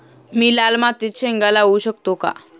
मी लाल मातीत शेंगा लावू शकतो का?